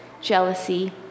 jealousy